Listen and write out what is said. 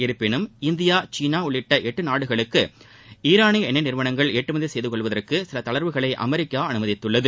இருப்பினும் இந்தியா சீனா உள்ளிட்ட எட்டு நாடுகளுக்கு ஈரானிய எண்ணெய் நிறுவனங்கள் ஏற்றுமதி செய்து கொள்வதற்கு சில தளர்வுகளை அமெரிக்கா அனுமதித்துள்ளது